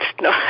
no